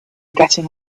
getting